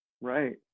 right